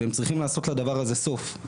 והם צריכים לעשות לדבר הזה סוף.